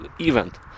event